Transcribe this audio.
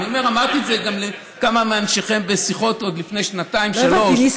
אמרתי את זה לכמה מאנשיכם בשיחות עוד לפני שנתיים-שלוש.